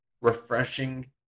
refreshing